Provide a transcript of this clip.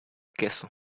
queso